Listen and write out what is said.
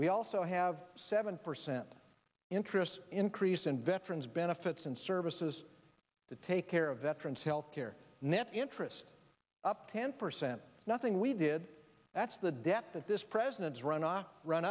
we also have seven percent interest increase in veterans benefits and services to take care of veterans health care net interest up ten percent nothing we did that's the debt that this president's run off run